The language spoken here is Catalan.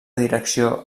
direcció